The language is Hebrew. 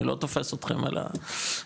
אני לא תופס אותכם על המילה,